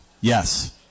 Yes